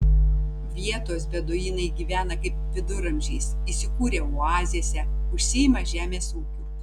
vietos beduinai gyvena kaip viduramžiais įsikūrę oazėse užsiima žemės ūkiu